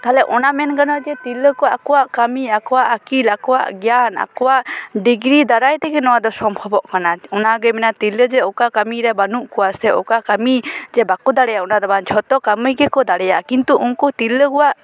ᱛᱟᱦᱚᱞᱮ ᱚᱱᱟ ᱢᱮᱱ ᱜᱟᱱᱚᱜᱼᱟ ᱡᱮ ᱛᱤᱨᱞᱟᱹ ᱠᱚ ᱟᱠᱚᱣᱟᱜ ᱠᱟᱹᱢᱤ ᱟᱠᱚᱣᱟᱜ ᱟᱹᱠᱤᱞ ᱟᱠᱚᱣᱟᱜ ᱟᱠᱚᱣᱟᱜ ᱜᱮᱭᱟᱱ ᱟᱠᱚᱣᱟᱜ ᱰᱤᱜᱽᱨᱤ ᱫᱟᱨᱟᱭ ᱛᱮᱜᱮ ᱱᱚᱣᱟ ᱫᱚ ᱥᱚᱢᱵᱷᱚᱵᱽᱵᱚᱜ ᱠᱟᱱᱟ ᱚᱱᱟ ᱜᱮ ᱢᱮᱱᱟ ᱡᱮ ᱛᱤᱨᱞᱟᱹ ᱡᱮ ᱚᱠᱟ ᱠᱟᱹᱢᱤ ᱨᱮ ᱵᱟᱹᱱᱩᱜ ᱠᱚᱣᱟ ᱥᱮ ᱚᱠᱟ ᱠᱟᱹᱢᱤ ᱵᱟᱠᱚ ᱫᱟᱲᱮᱭᱟᱜᱼᱟ ᱚᱱᱟ ᱫᱚ ᱵᱟᱝ ᱡᱷᱚᱛᱚ ᱠᱟᱹᱢᱤ ᱜᱮᱠᱚ ᱫᱟᱲᱮᱭᱟᱜᱼᱟ ᱠᱤᱱᱛᱩ ᱩᱱᱠᱩ ᱛᱤᱨᱞᱟᱹ ᱠᱚᱣᱟᱜ